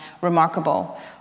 remarkable